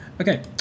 Okay